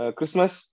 Christmas